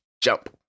jump